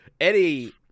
Eddie